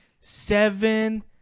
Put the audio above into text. Seven